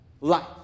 life